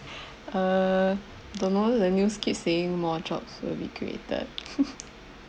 err don't know the news keeps saying more jobs will be created